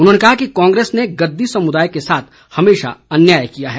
उन्होंने कहा कि कांग्रेस ने गद्दी समुदाय के साथ हमेशा अन्याय किया है